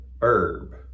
herb